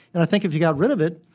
and i think if you got rid of it,